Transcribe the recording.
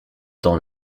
dans